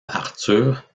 arthur